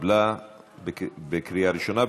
התקבלה בקריאה ראשונה,